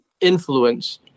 Influence